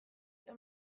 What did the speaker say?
eta